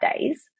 days